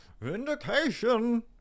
vindication